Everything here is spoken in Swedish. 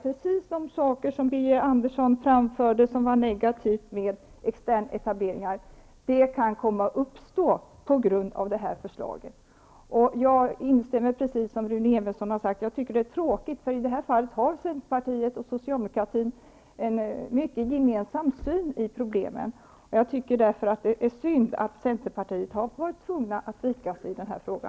Precis det som Birger Andersson framförde som negativt med externetableringar kan komma att uppstå i och med att det förslag antas som vi i dag har att ta ställning till, och liksom Rune Evensson tycker jag att det är tråkigt. I det här fallet har centerpartiet och socialdemokratin i mycket en gemensam syn på problemen, och därför tycker jag att det är synd att centerpartiet har varit tvunget att vika sig i denna fråga.